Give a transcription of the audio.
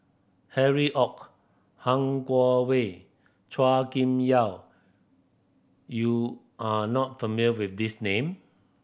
Harry Ord Han Guangwei Chua Kim Yeow you are not familiar with these name